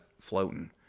floating